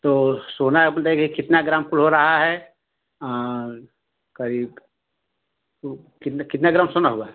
तो सोना मतलब कि कितना ग्राम कुल हो रहा है करीब तो कितना कितना ग्राम सोना हुआ